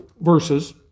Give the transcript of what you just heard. verses